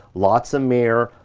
lots of mirror,